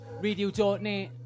radio.net